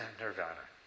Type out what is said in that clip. nirvana